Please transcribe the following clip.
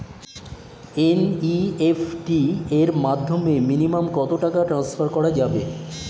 NEFT এর মাধ্যমে minimum কত টাকা টান্সফার করা যাবে?